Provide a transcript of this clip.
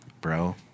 bro